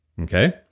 Okay